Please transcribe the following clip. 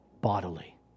bodily